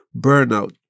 burnout